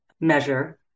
measure